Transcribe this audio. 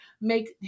make